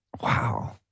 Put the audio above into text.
Wow